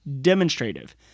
demonstrative